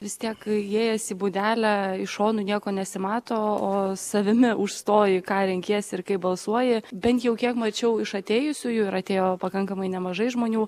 vis tiek įėjęs į būdelę iš šonų nieko nesimato o savimi užstoji ką renkiesi ir kaip balsuoji bent jau kiek mačiau iš atėjusiųjų ir atėjo pakankamai nemažai žmonių